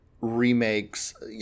remakes